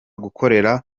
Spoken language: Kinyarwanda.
gukorera